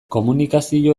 komunikazio